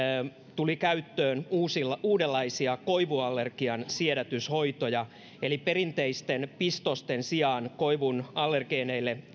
tuli käyttöön uudenlaisia koivuallergian siedätyshoitoja eli perinteisten pistosten sijaan koivun allergeeneille